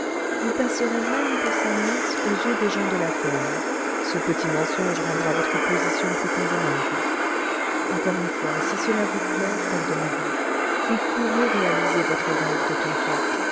vous passerez même pour sa nièce aux yeux des gens de la ferme ce petit mensonge rendra votre position plus convenable encore une fois si cela vous plaît fleur de marie vous pourrez réaliser votre rêve de tantôt